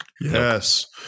yes